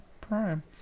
prime